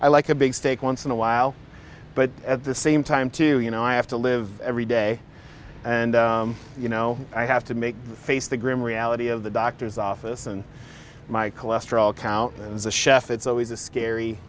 i like a big steak once in a while but at the same time too you know i have to live every day and you know i have to make face the grim reality of the doctor's office and my cholesterol count as a chef it's always a scary